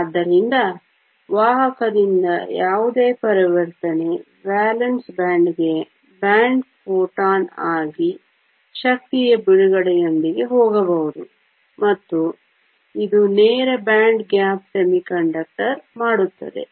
ಆದ್ದರಿಂದ ವಾಹಕದಿಂದ ಯಾವುದೇ ಪರಿವರ್ತನೆ ವೇಲೆನ್ಸ್ ಬ್ಯಾಂಡ್ಗೆ ಬ್ಯಾಂಡ್ ಫೋಟಾನ್ ಆಗಿ ಶಕ್ತಿಯ ಬಿಡುಗಡೆಯೊಂದಿಗೆ ಹೋಗಬಹುದು ಮತ್ತು ಇದು ನೇರ ಬ್ಯಾಂಡ್ ಗ್ಯಾಪ್ ಅರೆವಾಹಕ ಮಾಡುತ್ತದೆ